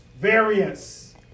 Variance